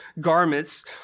garments